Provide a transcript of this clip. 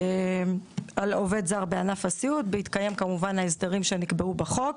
על עובד זר בענף הסיעוד בהתקיים ההסדרים שנקבעו בחוק,